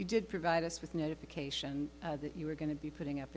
you did provide us with notification that you were going to be putting up